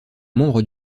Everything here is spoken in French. membres